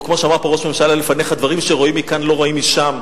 או כמו שאמר פה ראש ממשלה לפניך: דברים שרואים מכאן לא רואים משם.